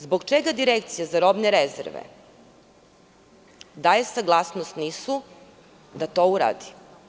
Zbog čega Direkcija za robne rezerve daje saglasnost NIS da to uradi?